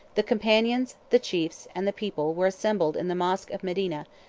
the companions the chiefs, and the people, were assembled in the mosch of medina,